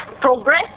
progress